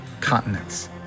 continents